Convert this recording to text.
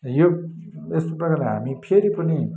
यो यस्तो प्रकारले हामी फेरि पनि